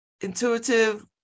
Intuitive